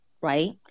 right